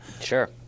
Sure